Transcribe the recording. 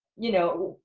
you know,